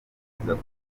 gukomeza